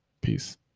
Peace